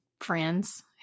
friends